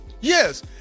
Yes